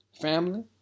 Family